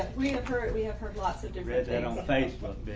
we have heard we have heard lots of degrees and on the facebook